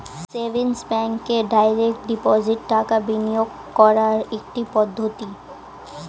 savings ব্যাঙ্কে direct deposit টাকা বিনিয়োগ করার একটি পদ্ধতি